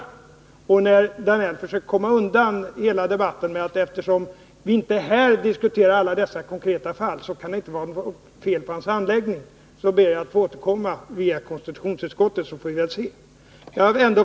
Eftersom Georg Danell försöker komma undan hela debatten med argumentet att det eftersom vi här inte diskuterar alla konkreta fall inte kan vara något fel på hans handläggning, ber jag att få återkomma via KU, så får vi väl se.